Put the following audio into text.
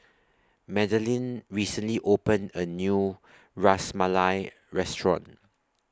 Madalynn recently opened A New Ras Malai Restaurant